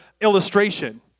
illustration